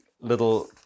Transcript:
little